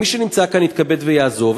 מי שנמצא כאן יתכבד ויעזוב,